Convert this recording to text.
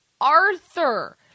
Arthur